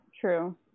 True